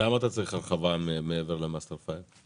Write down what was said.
למה אתה צריך הרחבה מעבר ל-master file?